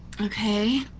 Okay